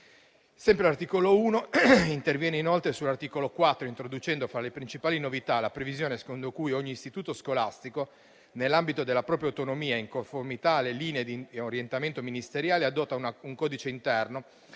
Sempre l'articolo 1 interviene inoltre sull'articolo 4, introducendo, fra le principali novità, la previsione secondo cui ogni istituto scolastico, nell'ambito della propria autonomia, in conformità alle linee di orientamento ministeriale, adotta un codice interno